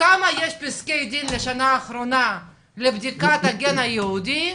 כמה יש פסקי דין לשנה האחרונה לבדיקת הגן היהודי,